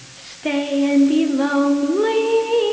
stay and be lonely.